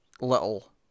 little